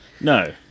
No